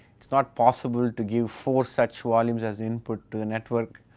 it is not possible to get four such volumes as input to the network.